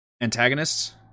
antagonists